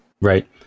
Right